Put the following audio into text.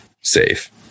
safe